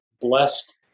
blessed